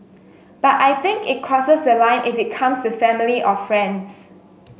but I think it crosses the line if it comes to family or friends